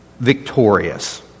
victorious